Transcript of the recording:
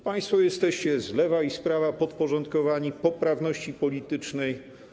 Państwo jesteście z lewa i z prawa podporządkowani poprawności politycznej.